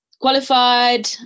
qualified